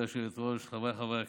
גברתי היושבת-ראש, חבריי חברי הכנסת,